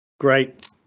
Great